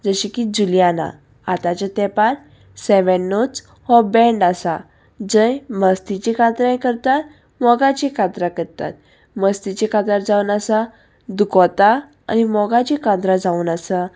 जशें की जुलियाना आतांच्या तेंपार सेवेन नोट्स हो बँड आसा जंय मस्तीचीं कातरां करतात मोगाची कातरां करतात मस्तीची कातरां जावन आसा दुकोता आनी मोगाचीं कांतरां जावन आसा